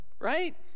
right